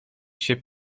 się